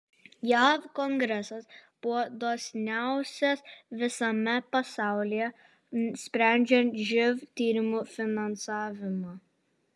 jav kongresas buvo dosniausias visame pasaulyje sprendžiant živ tyrimų finansavimą